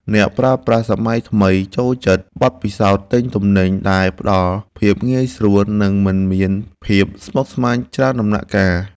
អ្នកប្រើប្រាស់សម័យថ្មីចូលចិត្តបទពិសោធន៍ទិញទំនិញដែលផ្តល់ភាពងាយស្រួល និងមិនមានភាពស្មុគស្មាញច្រើនដំណាក់កាល។